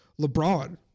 LeBron